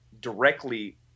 directly